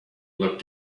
looked